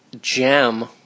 gem